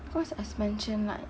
because as mentioned like